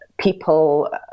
people